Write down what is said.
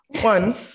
One